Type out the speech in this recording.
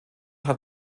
hat